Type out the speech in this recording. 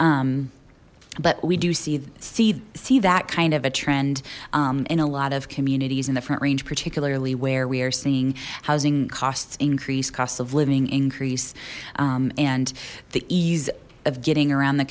but we do see see see that kind of a trend in a lot of communities in the front range particularly where we are seeing housing costs increased cost of living increase and the ease of getting around the